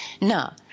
Now